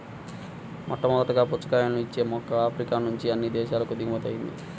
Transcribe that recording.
మొట్టమొదటగా పుచ్చకాయలను ఇచ్చే మొక్క ఆఫ్రికా నుంచి అన్ని దేశాలకు దిగుమతి అయ్యింది